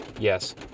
yes